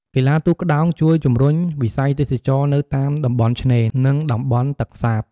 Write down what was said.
កីឡាទូកក្ដោងជួយជំរុញវិស័យទេសចរណ៍នៅតាមតំបន់ឆ្នេរ និងតំបន់ទឹកសាប។